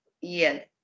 Yes